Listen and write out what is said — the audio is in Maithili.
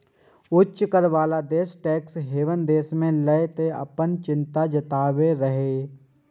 उच्च कर बला देश टैक्स हेवन देश कें लए कें अपन चिंता जताबैत रहै छै